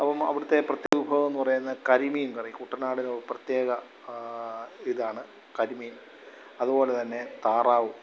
അപ്പം അവിടത്തെ പ്രത്യേക വിഭവം എന്ന് പറയുന്നത് കരിമീൻകറി കുട്ടനാടിൻ്റെ ഒരു പ്രത്യേക ഇതാണ് കരിമീൻ അതുപോലെ തന്നെ താറാവ്